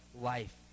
life